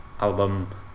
album